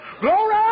Glory